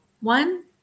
one